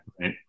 right